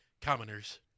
commoners